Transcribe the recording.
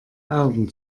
augen